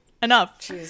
Enough